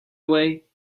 away